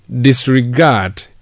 disregard